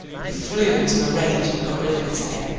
he flew into a rage and got rid of it again.